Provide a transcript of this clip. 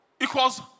equals